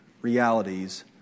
realities